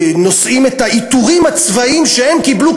נושאים את העיטורים הצבאיים שהם קיבלו